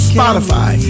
Spotify